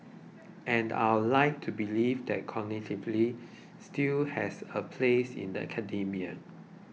and I'd like to believe that collegiality still has a place in academia